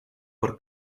por